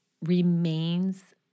remains